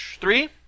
Three